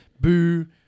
boo